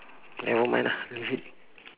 never mind ah leave it